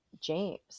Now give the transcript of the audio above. James